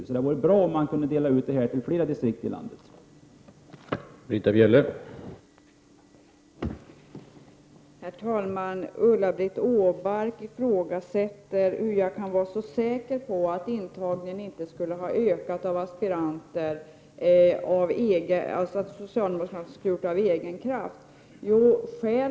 Därför vore det bra om vakansmedel kunde ges till ytterligare ett antal polisdistrikt.